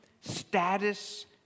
status